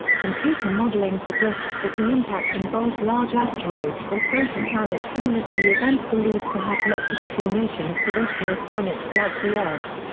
computer modelling suggests that the impact involved large asteroids or protoplanets similar to the events believed to have led to the formation of terrestrial planets like the earth.